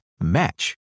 match